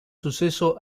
suceso